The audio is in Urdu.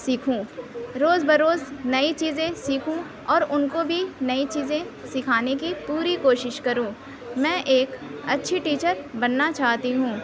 سیکھوں روز بروز نئی چیزیں سیکھوں اور اُن کو بھی نئی چیزیں سکھانے کی پوری کوشش کروں میں ایک اچھی ٹیچر بننا چاہتی ہوں